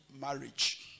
marriage